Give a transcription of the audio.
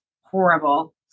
horrible